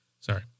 Sorry